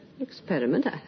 Experiment